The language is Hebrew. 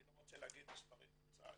אני לא רוצה להגיד מספרי תפוצה,